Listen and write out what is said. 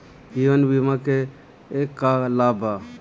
जीवन बीमा के का लाभ बा?